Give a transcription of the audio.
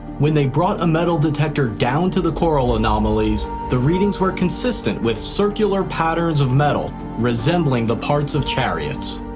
when they brought a metal detector down to the coral anomalies, the readings were consistent with circular patterns of metal resembling the parts of chariots.